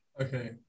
Okay